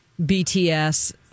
BTS